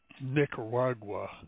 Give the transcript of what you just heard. Nicaragua